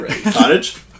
Cottage